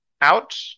out